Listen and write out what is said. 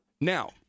Now